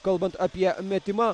kalbant apie metimą